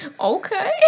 Okay